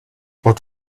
but